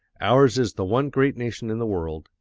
ours is the one great nation in the world,